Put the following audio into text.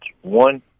One